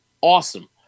awesome